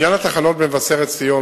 בעניין התחנות במבשרת-ציון,